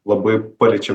labai paliečia